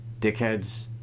dickheads